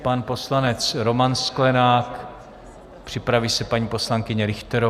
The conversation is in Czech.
Pan poslanec Roman Sklenák, připraví se paní poslankyně Richterová.